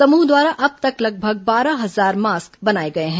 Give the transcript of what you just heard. समूह द्वारा अब तक लगभग बारह हजार मास्क बनाए गए हैं